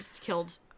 killed